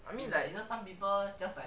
I mean like